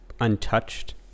untouched